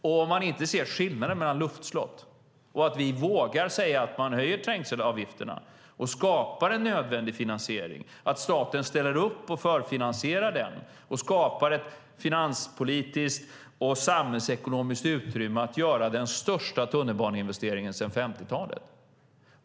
Man ser inte skillnaden mellan luftslott och det faktum att vi vågar säga att trängselavgifterna höjs för att skapa en nödvändig finansiering, att staten ställer upp och förfinansierar det hela och skapar ett finanspolitiskt och samhällsekonomiskt utrymme för att göra den största tunnelbaneinvesteringen sedan 50-talet.